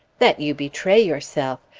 that you betray yourself.